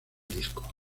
disco